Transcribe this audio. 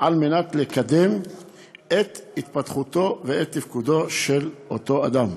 על מנת לקדם את התפתחותו ואת תפקודו של אותו אדם.